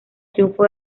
triunfo